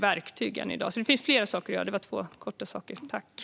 Det finns alltså flera saker att göra. Detta var bara två som jag tog upp i korthet.